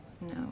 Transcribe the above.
No